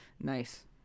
Nice